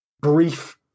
brief